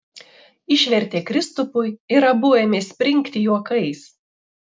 išvertė kristupui ir abu ėmė springti juokais